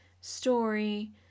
story